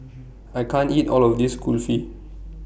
I can't eat All of This Kulfi